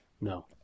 No